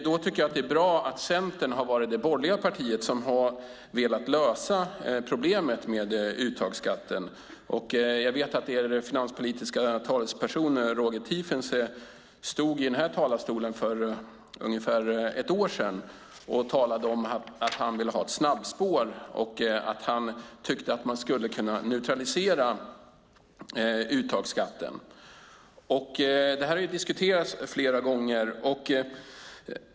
Då tycker jag att det är bra att Centern har varit det borgerliga parti som har velat lösa problemet med uttagsskatten. Jag vet att er finanspolitiska talesperson Roger Tiefensee stod i denna talarstol för ungefär ett år sedan och talade om att han ville ha ett snabbspår och tyckte att man skulle kunna neutralisera uttagsskatten. Det här har diskuterats flera gånger.